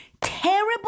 terrible